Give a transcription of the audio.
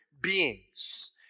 beings